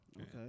Okay